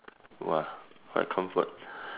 !wah! what comfort